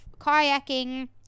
kayaking